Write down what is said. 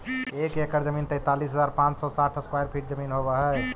एक एकड़ जमीन तैंतालीस हजार पांच सौ साठ स्क्वायर फीट जमीन होव हई